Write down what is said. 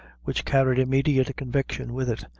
which carried immediate conviction with it,